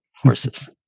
horses